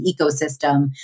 ecosystem